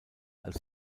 als